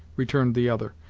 returned the other,